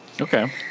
Okay